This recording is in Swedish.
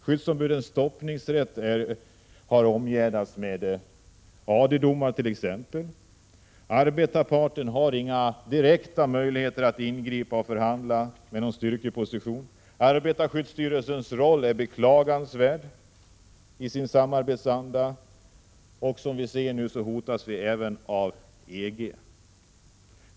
Skyddsombudens stoppningsrätt har omgärdats med t.ex. AD domar. Arbetarparten har inga direkta möjligheter att ingripa och förhandla med någon styrkeposition. Arbetarskyddsstyrelsens roll är beklagansvärd med sin samarbetsanda, och som vi ser hotas vi nu även av EG.